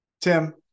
Tim